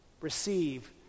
Receive